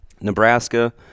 Nebraska